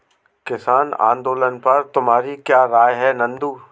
किसान आंदोलन पर तुम्हारी क्या राय है नंदू?